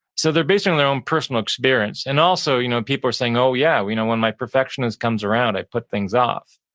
so they're basing their own personal experience and also, you know, people are saying, oh, yeah, you know when my perfectionist comes around. i put things off.